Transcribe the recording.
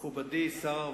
מכובדי שר